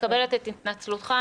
מקבלת את התנצלותך.